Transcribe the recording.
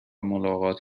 ملاقات